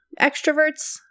extroverts